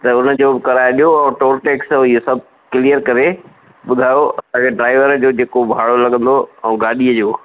त हुनजो कराए ॾियो ऐं टॉल टैक्स इहो सभु क्लियर करे ॿुधायो ऐं ड्राइवर जो जेको भाड़ो लॻंदो ऐं गाॾीअ जो